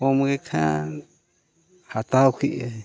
ᱠᱚᱢ ᱜᱮᱠᱷᱟᱱ ᱦᱟᱛᱟᱣ ᱠᱮᱜ ᱟᱹᱧ